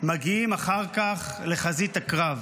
מגיעים אחר כך לחזית הקרב.